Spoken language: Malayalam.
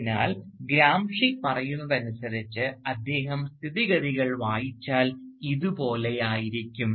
അതിനാൽ ഗ്രാംഷി പറയുന്നതനുസരിച്ച് അദ്ദേഹം സ്ഥിതിഗതികൾ വായിച്ചാൽ ഇതുപോലെയായിരിക്കും